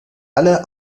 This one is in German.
alle